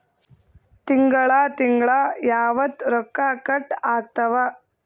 ತಿಂಗಳ ತಿಂಗ್ಳ ಯಾವತ್ತ ರೊಕ್ಕ ಕಟ್ ಆಗ್ತಾವ?